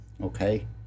Okay